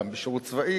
גם בשירות צבאי,